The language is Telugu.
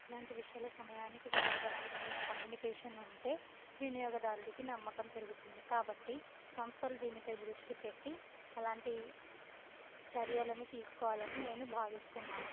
ఇలాంటి విషయాల్లో సమయానికి సమర్థవంతమైన కమ్యూనికేషన్ ఉంటే వినియోగదారుడికి నమ్మకం పెరుగుతుంది కాబట్టి సంస్థలు దీనిపై దృష్టి పెట్టి అలాంటి చర్యలని తీసుకోవాలని నేను భావిస్తున్నాను